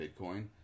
Bitcoin